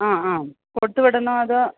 ആ ആ കൊടുത്തു വിടണോ അതോ